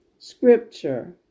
Scripture